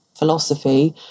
philosophy